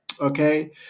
okay